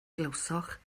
glywsoch